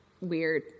Weird